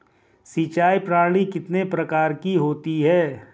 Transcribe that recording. सिंचाई प्रणाली कितने प्रकार की होती हैं?